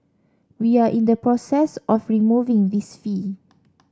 we are in the process of removing this fee